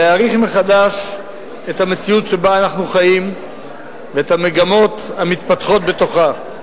להעריך מחדש את המציאות שבה אנחנו חיים ואת המגמות המתפתחות בתוכה.